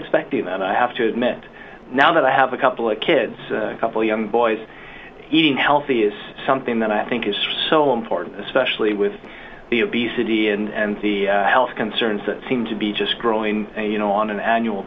expecting that i have to admit now that i have a couple of kids couple young boys eating healthy is something that i think is so important especially with the obesity and the health concerns that seem to be just growing you know on an annual